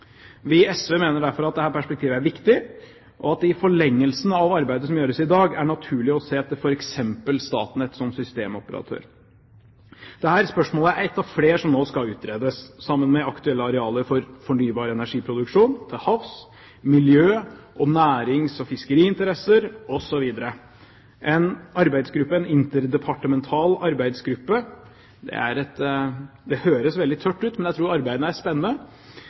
Vi i SV mener derfor dette perspektivet er viktig, og at det i forlengelsen av det arbeidet som gjøres i dag, er naturlig å se til f.eks. Statnett som systemoperatør. Dette spørsmålet er ett av flere som nå skal utredes, sammen med aktuelle arealer for fornybar energiproduksjon til havs og miljø-, nærings- og fiskeriinteresser osv. En interdepartemental arbeidsgruppe – det høres veldig tørt ut, men jeg tror arbeidet er spennende